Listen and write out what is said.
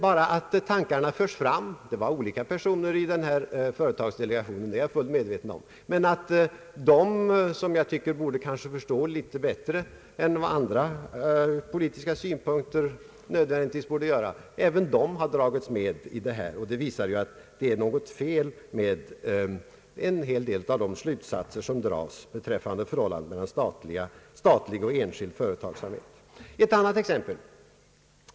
Bara det att sådana tankar förs fram av en del personer i denna företagsdelegation, som kanske borde förstå bättre än en del politiker gör, visar att det är något fel på de slutsatser som dras beträffande förhållandet mellan statlig och enskild företagsamhet. Jag skall ge ett annat exempel.